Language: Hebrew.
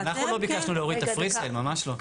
אנחנו לא ביקשנו להוריד את ה- Presale, ממש לא.